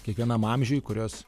kiekvienam amžiui kurios